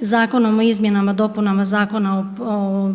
Zakonom o izmjenama i dopunama Zakona o